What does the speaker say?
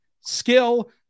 skill